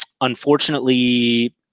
Unfortunately